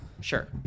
Sure